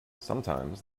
sometimes